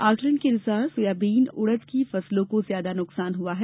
आकलन के अनुसार सोयाबीन और उड़द की फसलों को ज्यादा नुकसान हुआ है